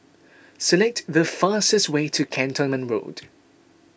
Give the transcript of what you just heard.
select the fastest way to Cantonment Road